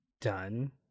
done